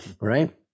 right